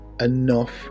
enough